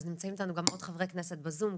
אז נמצאים איתנו גם עוד חברי כנסת בזום,